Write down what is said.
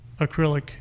acrylic